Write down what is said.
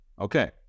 okay